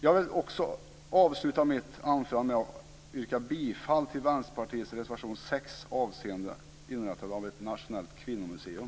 Allra sist yrkar jag bifall till Vänsterpartiets reservation 6 avseende inrättandet av ett nationellt kvinnomuseum.